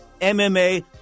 MMA